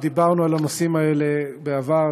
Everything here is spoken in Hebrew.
דיברנו על הנושאים האלה בעבר,